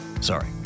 sorry